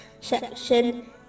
section